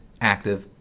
active